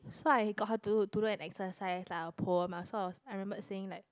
so I got her to to do an exercise lah a poem ah so I was I remembered saying like